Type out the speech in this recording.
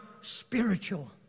spiritual